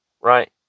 right